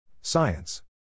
Science